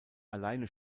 alleine